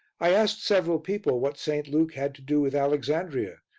i asked several people what st. luke had to do with alexandria,